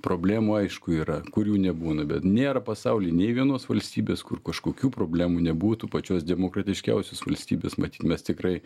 problemų aišku yra kur jų nebūna bet nėra pasauly nei vienos valstybės kur kažkokių problemų nebūtų pačios demokratiškiausios valstybės matyt mes tikrai